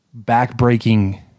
backbreaking